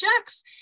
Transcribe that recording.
checks